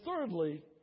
thirdly